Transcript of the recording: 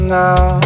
now